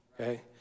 Okay